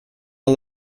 are